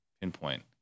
pinpoint